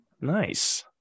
Nice